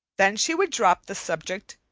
then she would drop the subject,